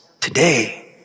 today